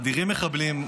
מאדירים מחבלים,